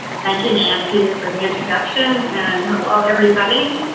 thank you, nancy, for the introduction. and hello, everybody.